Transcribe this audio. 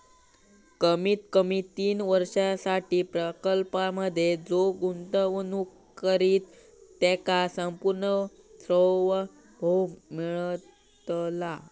कमीत कमी तीन वर्षांसाठी प्रकल्पांमधे जो गुंतवणूक करित त्याका संपूर्ण सार्वभौम मिळतला